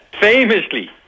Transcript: Famously